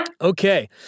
Okay